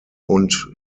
und